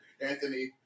Anthony